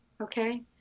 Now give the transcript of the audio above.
okay